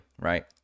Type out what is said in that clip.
right